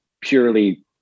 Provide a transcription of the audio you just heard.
purely